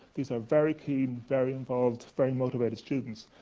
these are very keen, very involved, very motivated students.